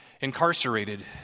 incarcerated